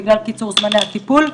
בגלל קיצור זמני הטיפול,